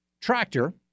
tractor